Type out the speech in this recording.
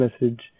message